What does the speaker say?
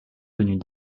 venus